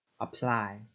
Apply